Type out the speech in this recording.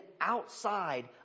outside